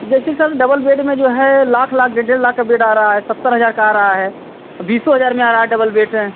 जैसे sir double bed में जो है लाख लाख डेढ़ डेढ़ लाख का बेड आ रहा है सत्तर हज़ार का आ रहा है बीसों हज़ार में आ रहा है डबल बेड